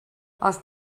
els